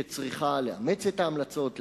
שצריכה לאמץ את ההמלצות,